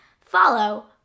follow